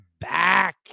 back